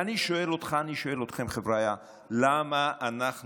ואני שואל אותך, אני שואל אתכם: חבריא, למה אנחנו